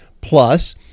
Plus